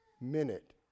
minute